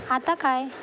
आता काय